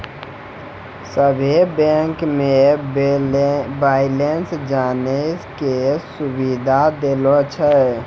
सभे बैंक मे बैलेंस जानै के सुविधा देलो छै